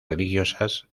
religiosas